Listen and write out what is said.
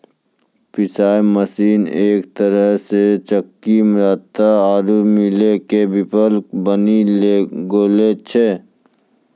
पिशाय मशीन एक तरहो से चक्की जांता आरु मीलो के विकल्प बनी गेलो छै